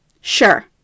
Sure